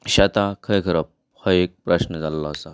शेतां खंय करप हो एक प्रस्न जाल्लो आसा